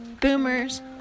boomers